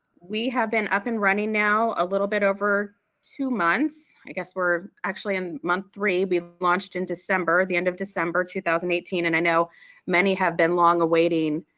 we have been up and running now a little bit over two months. i guess we're actually in month three, we launched in december, the end of december two thousand and eighteen and i know many have been long awaiting